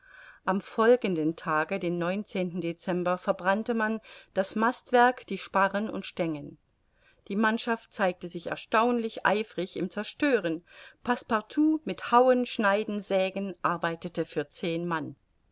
am folgenden tage den dezember verbrannte man das mastwerk die sparren und stengen die mannschaft zeigte sich erstaunlich eifrig im zerstören passepartout mit hauen schneiden sägen arbeitete für zehn mann